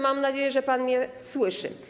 Mam nadzieję, że pan mnie słyszy.